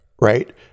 right